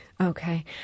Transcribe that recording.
Okay